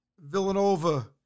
Villanova